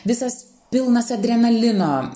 visas pilnas adrenalino